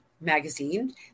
magazine